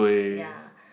ya